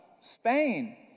Spain